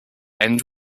end